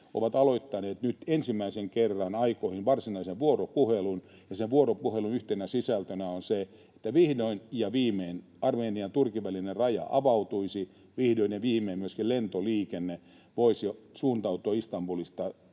ovat aloittaneet nyt ensimmäisen kerran aikoihin varsinaisen vuoropuhelun. Sen vuoropuhelun yhtenä sisältönä on se, että vihdoin ja viimein Armenian ja Turkin välinen raja avautuisi ja vihdoin ja viimein myöskin lentoliikenne voisi suuntautua Istanbulista